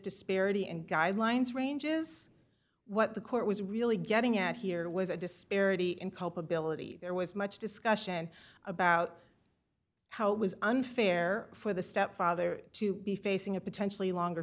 disparity and guidelines ranges what the court was really getting at here was a disparity in culpability there was much discussion about how it was unfair for the stepfather to be facing a potentially longer